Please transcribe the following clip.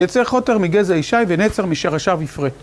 יצא חוטר מגזע ישי ונצר משרשיו יפרה.